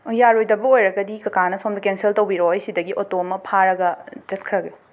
ꯌꯥꯔꯣꯏꯗꯕ ꯑꯣꯏꯔꯒꯗꯤ ꯀꯀꯥꯅ ꯁꯣꯝꯗ ꯀꯦꯟꯁꯦꯜ ꯇꯧꯕꯤꯔꯣ ꯑꯩ ꯁꯤꯗꯒꯤ ꯑꯣꯇꯣ ꯑꯃ ꯐꯥꯔꯒ ꯆꯠꯈ꯭ꯔꯒꯦ